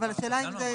אבל השאלה אם זה,